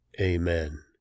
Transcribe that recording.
Amen